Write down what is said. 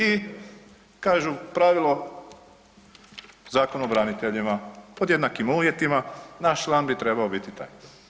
I kažu pravilo Zakon o braniteljima pod jednakim uvjetima, naš član bi trebao biti taj.